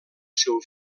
seu